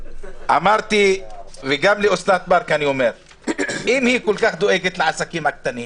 אמרתי וגם לאוסנת מארק אני אומר: אם היא כל כך דואגת לעסקים הקטנים,